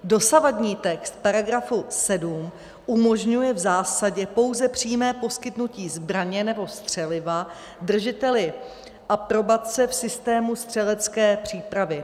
Dosavadní text § 7 umožňuje v zásadě pouze přímé poskytnutí zbraně nebo střeliva držiteli aprobace v systému střelecké přípravy.